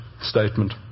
statement